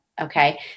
Okay